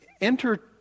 enter